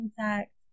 insects